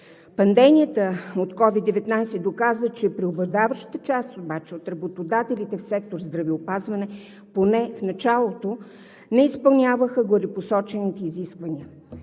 Пандемията от COVID-19 доказа обаче, че преобладаващата част от работодателите в сектор „Здравеопазване“ поне в началото не изпълняваха горепосочените изисквания.